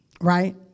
right